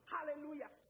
Hallelujah